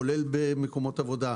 כולל במקומות עבודה,